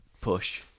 push